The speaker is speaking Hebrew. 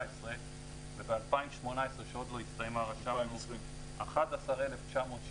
וב-2020 שעוד לא הסתיימה רשמנו 11,966,